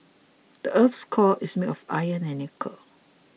the earth's core is made of iron and nickel